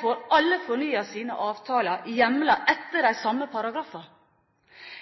får alle fornyet sine avtaler hjemlet etter de samme paragrafene.